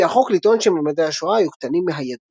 על פי החוק, לטעון שממדי השואה היו קטנים מהידוע.